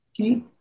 Okay